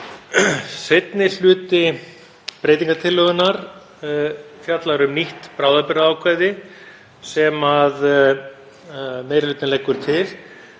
Seinni hluti breytingartillögurnar fjallar um nýtt bráðabirgðaákvæði sem meiri hlutinn leggur til.